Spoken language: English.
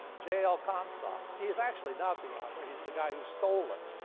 yeah ah comstock he's actually not the author, he's the guy who stole it.